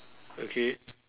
okay